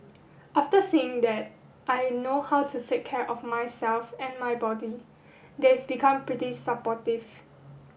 after seeing that I know how to take care of myself and my body they've become pretty supportive